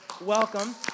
Welcome